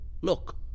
look